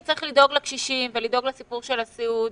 זה שצריך לדאוג לקשישים ולדאוג לסיפור של הסיעוד,